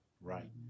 right